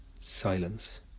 silence